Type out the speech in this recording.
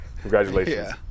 Congratulations